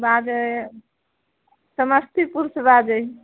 बाजै समस्तीपुरसँ बाजै हिए